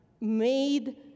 made